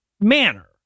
manner